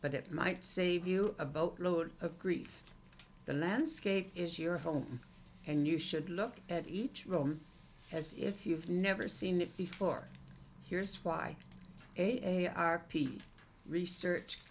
but it might save you a boatload of grief the landscape is your home and you should look at each room as if you've never seen it before here's why a a r p research